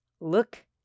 Look